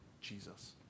Jesus